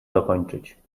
dokończyć